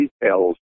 details